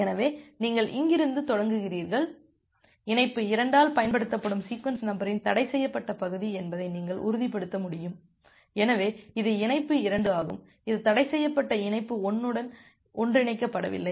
எனவே நீங்கள் இங்கிருந்து தொடங்குவீர்கள் இணைப்பு 2 ஆல் பயன்படுத்தப்படும் சீக்வென்ஸ் நம்பரின் தடைசெய்யப்பட்ட பகுதி என்பதை நீங்கள் உறுதிப்படுத்த முடியும் எனவே இது இணைப்பு 2 ஆகும் இது தடைசெய்யப்பட்ட இணைப்பு 1 வுடன் ஒன்றிணைக்கப்படவில்லை